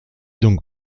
donc